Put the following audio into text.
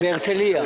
בהרצליה.